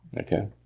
Okay